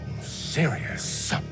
serious